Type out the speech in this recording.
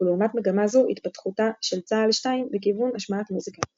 ולעומת מגמה זו התפתחותה של צה"ל 2 בכיוון השמעת מוזיקה.